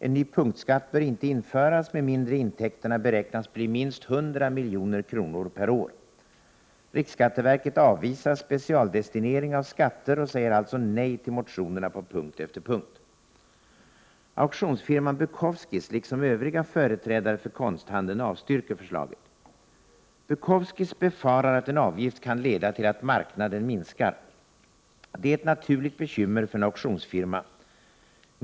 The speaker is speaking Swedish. En ny punktskatt bör inte införas med mindre intäkterna beräknas bli minst 100 milj.kr. per år. Riksskatteverket avvisar specialdestinering av skatter och säger alltså nej till motionerna på punkt efter punkt. Auktionsfirman Bukowskis liksom övriga företrädare för konsthandeln avstyrker förslaget. Bukowskis befarar att en avgift kan leda till att marknaden minskar. Det är ett naturligt bekymmer för en auktionsfirma.